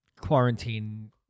quarantine